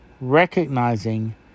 recognizing